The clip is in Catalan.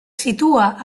situa